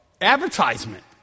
advertisement